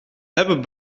hebben